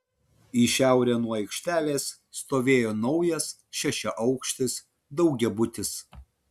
į šiaurę nuo aikštelės stovėjo naujas šešiaaukštis daugiabutis